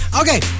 Okay